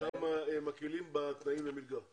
שמה הם מקלים בתנאים למלגה לא,